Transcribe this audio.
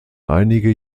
einige